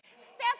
step